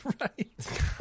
Right